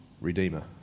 Redeemer